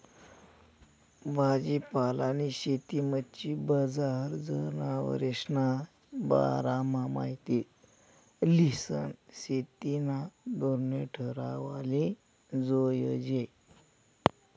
भाजीपालानी शेती, मच्छी बजार, जनावरेस्ना बारामा माहिती ल्हिसन शेतीना धोरणे ठरावाले जोयजे